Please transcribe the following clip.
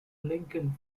lincoln